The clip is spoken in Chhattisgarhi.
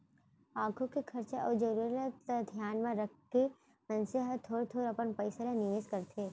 आघु के खरचा अउ जरूरत ल धियान म रखके मनसे ह थोर थोर अपन पइसा ल निवेस करथे